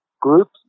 groups